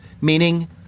meaning